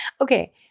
Okay